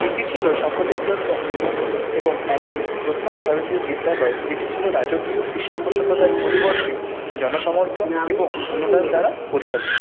এটি ছিল সকলের জন্য উন্মুক্ত এবং এমন প্রথম ভারতীয় বিদ্যালয় যেটি ছিল রাজকীয় পৃষ্ঠপোষকতায় পরিবর্তে জনসমর্থন এবং অনুদান দ্বারা পরিচালিত